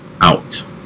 out